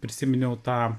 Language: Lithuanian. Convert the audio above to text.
prisiminiau tą